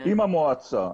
עם המועצה,